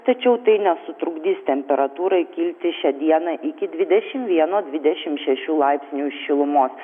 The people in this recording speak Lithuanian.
tačiau tai nesutrukdys temperatūrai kilti šią dieną iki dvidešim vieno dvidešim šešių laipsnių šilumos